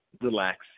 Relax